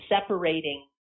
separating